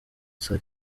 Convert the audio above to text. saa